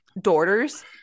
daughters